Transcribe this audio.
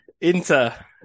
Inter